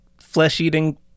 flesh-eating